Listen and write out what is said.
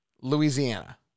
Louisiana